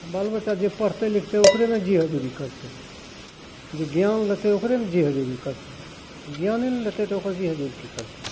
बालबच्चा जे पढ़तै लिखतै ओकरे ने जी हजूरी करतै जे ज्ञान लेतै ओकरे ने जी हजूरी करतै ज्ञाने नहि लेतै तऽ ओकर जी हजूरी कि करतै